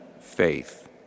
faith